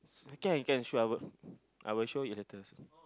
I can I can sure I will I will show it later also